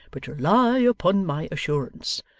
but rely upon my assurance.